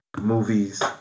movies